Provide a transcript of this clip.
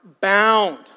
bound